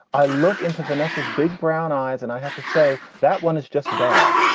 i look into vanessa's big brown eyes, and i have to say that one is just bad.